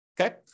Okay